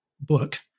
book